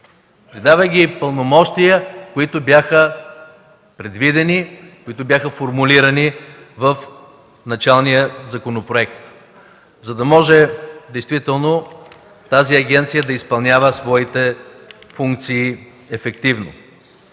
давайки й пълномощия, които бяха предвидени, формулирани в началния законопроект, за да може действително тази агенция да изпълнява своите функции ефективно.